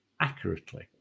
accurately